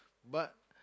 but